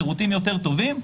שירותים טובים יותר.